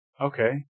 okay